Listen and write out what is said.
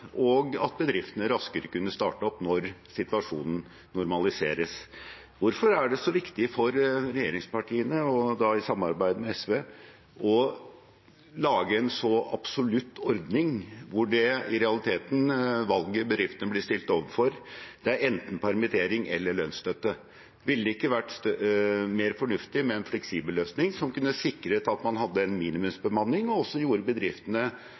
og at bedriftene raskere kunne starte opp når situasjonen normaliseres. Hvorfor er det så viktig for regjeringspartiene, i samarbeid med SV, å lage en så absolutt ordning hvor valget bedriftene blir stilt overfor, i realiteten er enten permittering eller lønnsstøtte? Ville det ikke vært mer fornuftig med en fleksibel løsning som kunne sikret at man hadde en minimumsbemanning, og som gjorde bedriftene